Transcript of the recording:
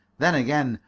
then again,